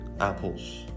apples